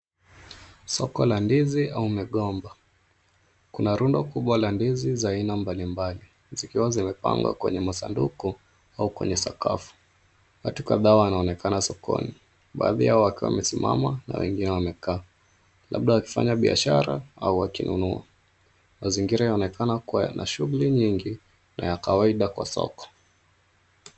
Soko la ndizi au migomba. Kuna runda kubwa la ndizi aina mbalimbali zikiwa zimepangwa kwenye sanduku au sakafu. Watu kadhaa wanaonekana sokoni. Baadhi yao wakiwa wamesimama na wengine wamekaa, labda wakifanya biashara au wakinunua. Mazingira yanaonekana kuwa yana shughuli nyingi na ya kawaida kwa soko.